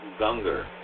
Gunger